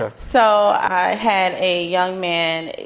ah so i had a young man.